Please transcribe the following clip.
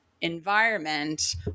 environment